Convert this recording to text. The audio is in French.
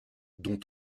dont